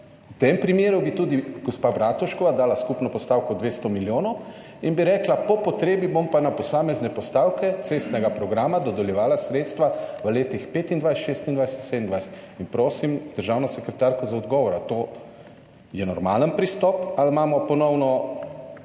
V tem primeru bi tudi gospa Bratuškova dala skupno postavko 200 milijonov in bi rekla, po potrebi bom pa na posamezne postavke cestnega programa dodeljevala sredstva v letih 2025, 2026, 2027. Prosim državno sekretarko za odgovor, ali je to normalen pristop ali imamo ponovno